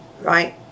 right